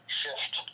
shift